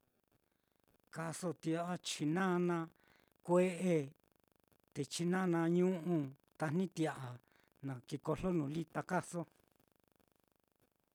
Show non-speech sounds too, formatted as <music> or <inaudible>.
Kaaso <noise> tia'a chinana kue'e, te chinana ñu'u tajni tia'a na kikojlo nuu lita kaaso.